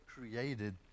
created